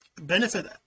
benefit